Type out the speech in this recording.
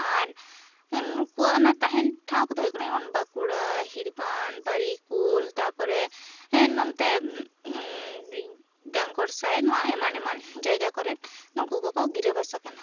ᱟᱨ ᱱᱩᱠᱩᱣᱟᱜ ᱚᱱᱟ ᱛᱟᱦᱮᱱ ᱴᱷᱟᱶ ᱠᱚ ᱫᱚ ᱦᱩᱭᱩᱜ ᱠᱟᱱᱟ ᱮᱢᱚᱱ ᱵᱟᱸᱠᱩᱲᱟ ᱦᱤᱲᱵᱟᱱ ᱵᱟᱨᱤᱯᱩᱞ ᱛᱟ ᱯᱚᱨᱮ ᱮ ᱱᱚᱱᱛᱮ ᱰᱟᱝᱠᱚᱲ ᱥᱟᱭᱤᱰ ᱱᱚᱣᱟ ᱮᱢᱟᱱ ᱮᱢᱟᱱ ᱡᱟᱭᱜᱟ ᱠᱚᱨᱮ ᱱᱩᱠᱩ ᱠᱚ ᱠᱚ ᱜᱤᱨᱟᱹ ᱵᱟᱥᱟ ᱠᱟᱱᱟ